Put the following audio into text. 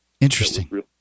Interesting